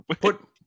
put